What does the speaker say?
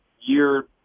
year